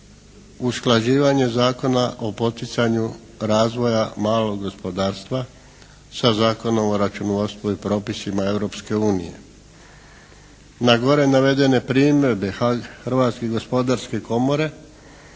usklađivanje zakona o poticanju razvoja malog gospodarstva sa Zakonom o računovodstvu i propisima Europske unije. Na gore navedene primjedbe Hrvatske gospodarske komore